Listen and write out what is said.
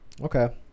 Okay